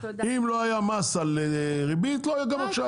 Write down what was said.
אם לא היה מס על ריבית לא יהיה גם עכשיו.